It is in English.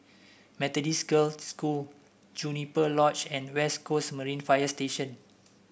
Methodist Girls' School Juniper Lodge and West Coast Marine Fire Station